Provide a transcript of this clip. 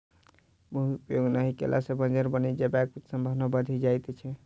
भूमि उपयोग नहि कयला सॅ बंजर बनि जयबाक संभावना बढ़ि जाइत छै